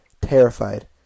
Terrified